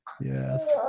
Yes